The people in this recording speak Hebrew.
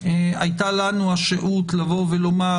היתה לנו השהות לבוא ולומר: